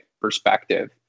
perspective